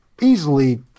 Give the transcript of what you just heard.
easily